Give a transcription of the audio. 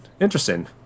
Interesting